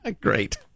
Great